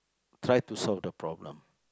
try to solve the problem